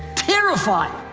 terrified.